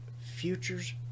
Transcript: futures